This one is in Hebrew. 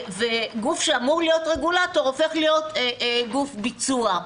גוף שאמור להיות רגולטור הופך להיות גוף ביצוע.